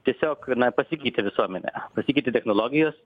tiesiog na pasikeitė visuomenė pasikeitė technologijos